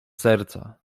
serca